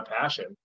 passion